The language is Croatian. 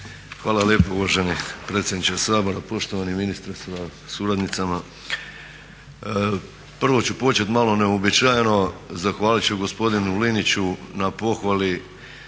Hvala lijepo uvaženi predsjedniče Sabora, poštovani ministre sa suradnicama. Prvo ću počet malo neuobičajeno zahvalit ću gospodinu Liniću na pohvali